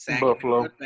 Buffalo